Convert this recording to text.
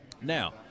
Now